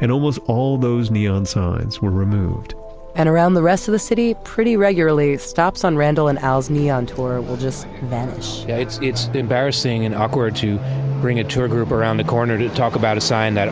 and almost all of those neon signs were removed and around the rest of the city, pretty regularly stops on randall and al's neon tour will just vanish yeah, it's it's embarrassing and awkward to bring a tour group around the corner to talk about a sign that